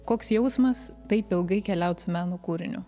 koks jausmas taip ilgai keliaut su meno kūriniu